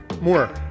more